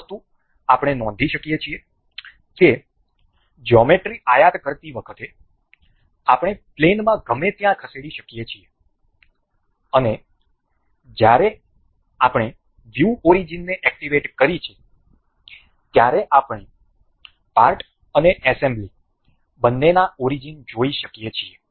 એક વસ્તુ આપણે નોંધી શકીએ છીએ કે જ્યોમેટ્રી આયાત કરતી વખતે આપણે પ્લેનમાં ગમે ત્યાં ખસેડી શકીએ છીએ અને જ્યારે આપણે વ્યૂ ઓરીજીનને એક્ટિવેટ કરી છે ત્યારે આપણે પાર્ટ અને એસેમ્બલી બંનેના ઓરીજીન જોઈ શકીએ છીએ